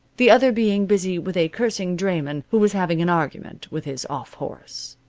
the other being busy with a cursing drayman who was having an argument with his off horse.